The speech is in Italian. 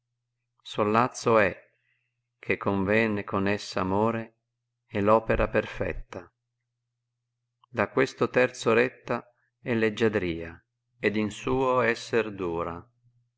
sollazzo è che con vene con essa amore e v opera perfetta da questo terzo retta è leggiadria ed in suo esser dura